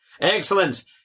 Excellent